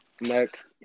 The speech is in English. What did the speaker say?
next